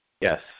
Yes